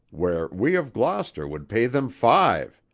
where we of gloucester would pay them five,